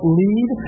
lead